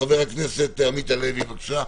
חבר הכנסת כסיף, בבקשה.